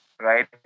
Right